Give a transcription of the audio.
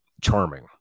charming